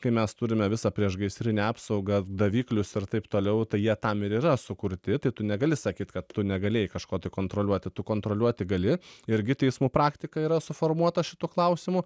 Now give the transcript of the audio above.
kai mes turime visą priešgaisrinę apsaugą daviklius ir taip toliau tai jie tam yra sukurti tai tu negali sakyt kad tu negalėjai kažko tai kontroliuoti tu kontroliuoti gali irgi teismų praktika yra suformuota šituo klausimu